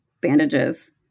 bandages